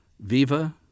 viva